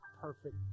perfect